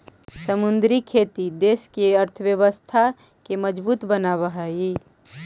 समुद्री खेती देश के अर्थव्यवस्था के मजबूत बनाब हई